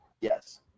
yes